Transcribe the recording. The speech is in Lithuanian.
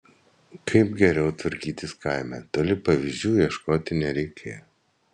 kaip geriau tvarkytis kaime toli pavyzdžių ieškoti nereikėjo